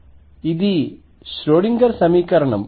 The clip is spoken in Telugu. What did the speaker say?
అది ష్రోడింగర్ సమీకరణం